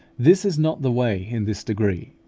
this is not the way in this degree.